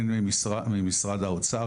הן ממשרד האוצר,